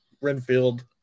Renfield